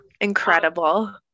Incredible